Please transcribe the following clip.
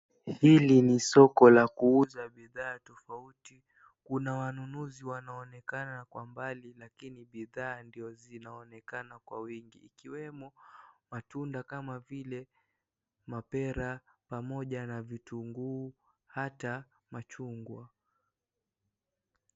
Hili ni soko la kuuza bidhaa tofauti. Kuna wanunuzi wanaonekana kwa mbali lakini bidhaa ndio zinaonekana kwa wingi ikiwemo matunda kama vile mapera pamoja na vitunguu hata machungwa.